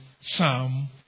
Psalm